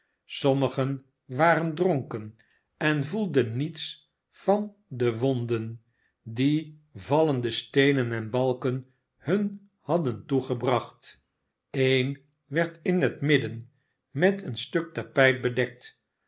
sommigen waren dronken en voelden niets van de wonden die vallende steenen en balken hun hadden toegebracht een werd in het midden met een stuk tapijt bedekt